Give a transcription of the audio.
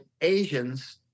Asians—